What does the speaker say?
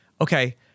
Okay